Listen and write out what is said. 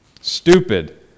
Stupid